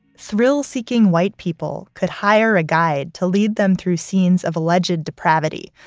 thrill-seeking white people could hire a guide to lead them through scenes of alleged depravity.